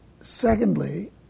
Secondly